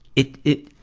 it, it,